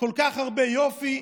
כל כך הרבה יופי,